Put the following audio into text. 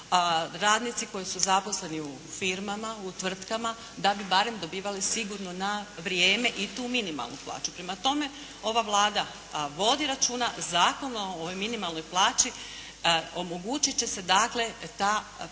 radnici koji su zaposleni u firmama, u tvrtkama da bi barem dobivali sigurno na vrijeme i tu minimalnu plaću. Prema tome ova Vlada vodi računa, Zakonom o minimalnoj plaći omogućiti će se dakle ta plaća